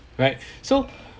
right so